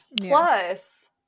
Plus